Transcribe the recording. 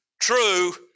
true